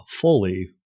fully